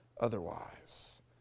otherwise